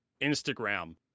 Instagram